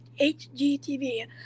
HGTV